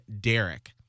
Derek